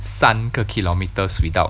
三个 kilometers without